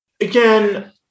Again